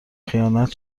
خیانت